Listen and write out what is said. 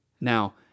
Now